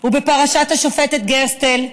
ובפרשת השופטת גרסטל,